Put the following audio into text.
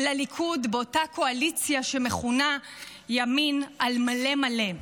לליכוד באותה קואליציה שמכונה ימין על מלא מלא.